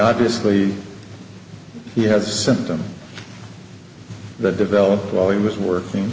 obviously he has sent them that developed while he was working